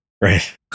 Right